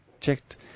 checked